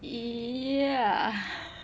ya